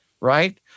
right